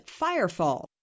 Firefall